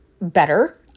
better